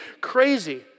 crazy